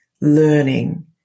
learning